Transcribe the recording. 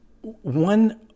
one